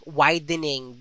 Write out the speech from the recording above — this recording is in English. widening